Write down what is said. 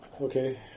Okay